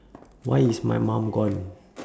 why is my mum gone